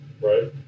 right